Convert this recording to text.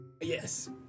Yes